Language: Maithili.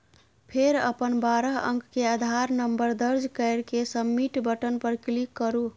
फेर अपन बारह अंक के आधार नंबर दर्ज कैर के सबमिट बटन पर क्लिक करू